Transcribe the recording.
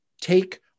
take